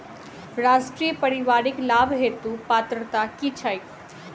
राष्ट्रीय परिवारिक लाभ हेतु पात्रता की छैक